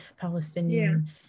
Palestinian